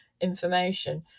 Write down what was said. information